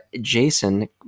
Jason